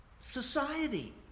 society